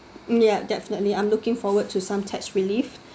yup definitely I'm looking forward to some tax relief